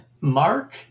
Mark